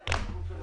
יכול לעשות את זה.